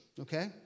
Okay